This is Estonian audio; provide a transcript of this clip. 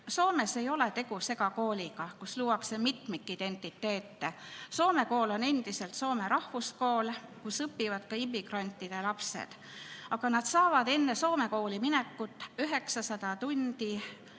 Soomes ei ole tegu segakooliga, kus luuakse mitmikidentiteete. Soome kool on endiselt soome rahvuskool, kus õpivad ka immigrantide lapsed. Aga nad saavad enne soome kooli minekut 900 tundi